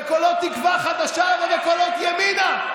בקולות תקווה חדשה ובקולות ימינה.